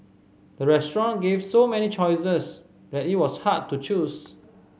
the restaurant gave so many choices that it was hard to choose